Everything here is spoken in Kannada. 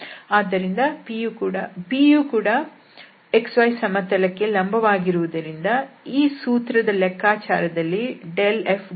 p ಯು ಕೂಡ x y ಸಮತಲಕ್ಕೆ ಲಂಬವಾಗಿರುವುದರಿಂದ ಆ ಸೂತ್ರದ ಲೆಕ್ಕಾಚಾರದಲ್ಲಿ ∇f